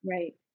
Right